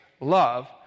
love